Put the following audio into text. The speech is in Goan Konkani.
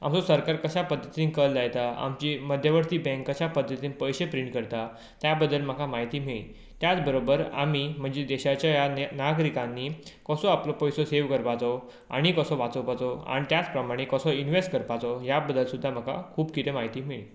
आमचो सरकार कशा पद्धतीन कर लायता आमची मध्यवर्ती बँक कशा पद्धतीन पयशे प्रिंट करता त्या बद्दल म्हाका म्हायती मेळ्ळी त्याच बराबर आमी म्हणजे देशाचे नागरिकांनी कसो आपलो पयसो सेव करपाचो आणी कसो वाचोवपाचो आनी त्याच प्रमाणें कसो इनवेस्ट करपाचो ह्या बद्दल सुद्दां म्हाका खूब कितें म्हायती मेळ्ळी